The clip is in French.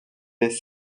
des